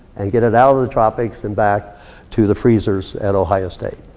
and get it out of the tropics and back to the freezers at ohio state.